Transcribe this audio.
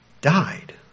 died